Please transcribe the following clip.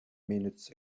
minutes